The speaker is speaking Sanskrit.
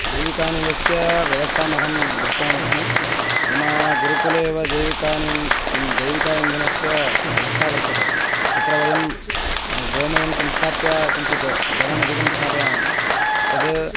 जैविकानिलस्य व्यवस्थामहं दृष्टवानस्मि मम गुरुकुले एव जैविकानि जैविकस्य इन्धनस्य व्यवस्था वर्तते तत्र वयं गोमयं संस्थाप्य किञ्चित् जलमधिकं स्थापयामः तद्